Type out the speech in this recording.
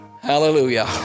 Hallelujah